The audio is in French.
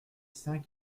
cinq